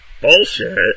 Bullshit